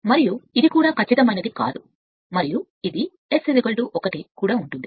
మరియు ఇది కూడా ఖచ్చితమైనది కాదు మరియు ఇది S 1 కూడా ఉంటుంది సరైనది